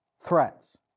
threats